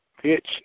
Pitch